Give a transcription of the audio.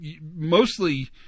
mostly